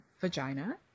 vagina